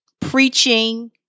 preaching